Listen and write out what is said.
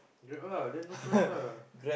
Grab ah then no choice ah